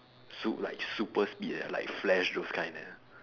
sup~ like super speed leh like flash those kind eh